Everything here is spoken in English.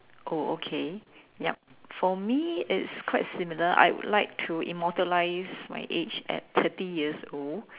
oh okay yup for me it's quite similar I would like to immortalize my age at thirty years old